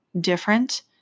different